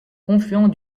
confluent